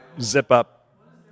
zip-up